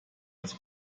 als